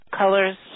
colors